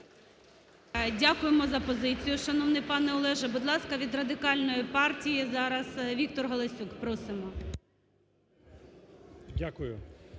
Дякуємо за позицію, шановний пане Олеже. Будь ласка, від Радикальної партії зараз Віктор Галасюк. Просимо.